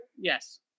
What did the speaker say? Yes